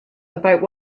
about